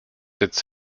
its